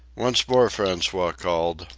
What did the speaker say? once more francois called,